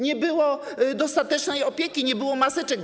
Nie było dostatecznej opieki, nie było maseczek.